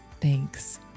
thanks